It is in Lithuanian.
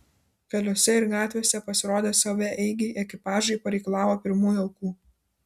keliuose ir gatvėse pasirodę savaeigiai ekipažai pareikalavo pirmųjų aukų